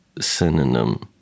synonym